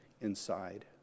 inside